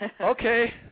Okay